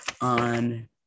on